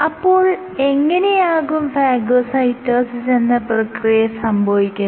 അപ്പോൾ എങ്ങനെയാകും ഫാഗോസൈറ്റോസിസ് എന്ന പ്രക്രിയ സംഭവിക്കുന്നത്